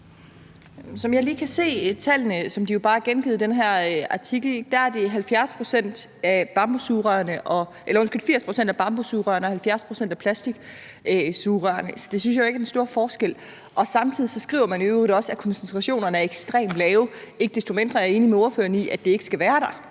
den her artikel, gælder det 80 pct. af bambussugerørene og 70 pct. af plastiksugerørene, og det synes jeg jo ikke er den store forskel. Samtidig skriver man i øvrigt også, at koncentrationerne er ekstremt lave. Ikke desto mindre er jeg enig med ordføreren i, at det ikke skal være der.